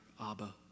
Abba